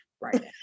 right